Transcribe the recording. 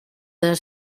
their